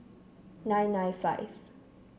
nine nine five